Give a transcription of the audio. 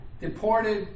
deported